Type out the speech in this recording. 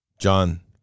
John